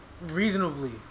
reasonably